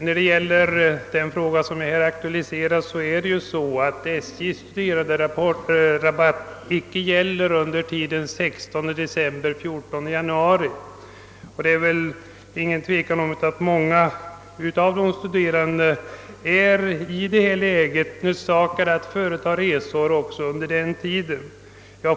Vad beträffar den fråga som här aktualiserats förhåller det sig så, att SJ:s rabatter för studerande inte gäller under tiden 16 1 men att många studerande på grund av det särskilda läget i år blir nödsakade att företa resor just under den tiden.